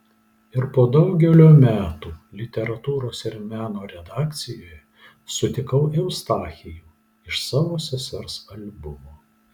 ir po daugelio metų literatūros ir meno redakcijoje sutikau eustachijų iš savo sesers albumo